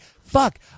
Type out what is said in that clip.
fuck